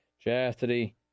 Chastity